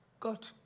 God